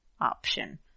option